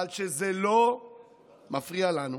אבל שזה לא מפריע לנו